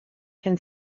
can